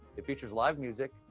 it features live music,